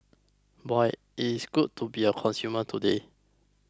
boy it's good to be a consumer today